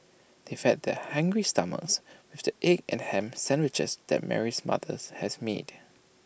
they fed their hungry stomachs with the egg and Ham Sandwiches that Mary's mothers has made